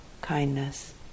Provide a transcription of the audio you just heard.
kindness